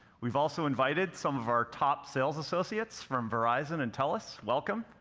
we've also invited some of our top sales associates from verizon and telus. welcome.